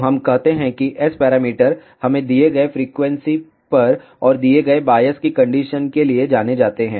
तो हम कहते हैं कि S पैरामीटर हमें दिए गए फ्रीक्वेंसी पर और दिए गए बायस की कंडीशन के लिए जाने जाते हैं